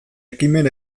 ekimen